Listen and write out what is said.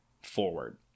forward